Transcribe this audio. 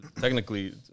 technically